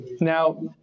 Now